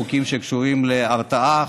חוקים שקשורים להרתעה,